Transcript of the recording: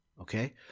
Okay